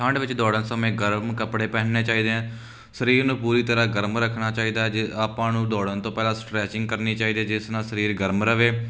ਠੰਢ ਵਿੱਚ ਦੌੜਨ ਸਮੇਂ ਗਰਮ ਕੱਪੜੇ ਪਹਿਨਣੇ ਚਾਹੀਦੇ ਆ ਸਰੀਰ ਨੂੰ ਪੂਰੀ ਤਰ੍ਹਾਂ ਗਰਮ ਰੱਖਣਾ ਚਾਹੀਦਾ ਜੇ ਆਪਾਂ ਨੂੰ ਦੌੜਨ ਤੋਂ ਪਹਿਲਾਂ ਸਟਰੈਚਿੰਗ ਕਰਨੀ ਚਾਹੀਦੀ ਜਿਸ ਨਾਲ ਸਰੀਰ ਗਰਮ ਰਹੇ